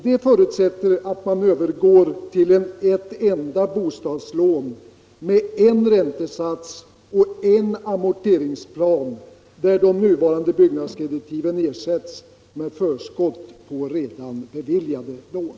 Detta förutsätter att man övergår till ett enda bostadslån med en räntesats och en amorteringsplan, där de nuvarande byggnadskreditiven ersätts med förskott på redan beviljat lån.